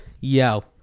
Yo